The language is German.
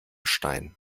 stein